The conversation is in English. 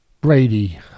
brady